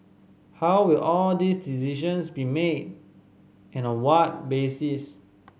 how will all these decisions be made and on what basis